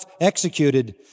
executed